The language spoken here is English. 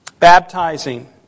Baptizing